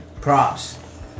props